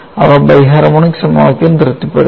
അവ biharmonic സമവാക്യം തൃപ്തിപ്പെടുത്തും